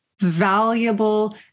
valuable